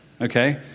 okay